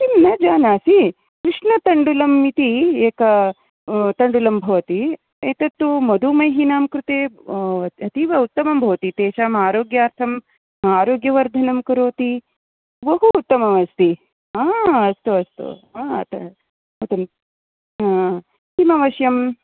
किं न जानाति कृष्णतण्डुलम् इति एकतण्डुलम् भवति एतत् तु मधुमेहिनां कृते अतीव उत्तमम् भवति तेषाम् आरोग्यार्थं आरोग्यवर्धनं कुर्वति बहु उत्तमम् अस्ति अस्तु अस्तु किं अवश्यं